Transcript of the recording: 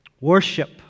Worship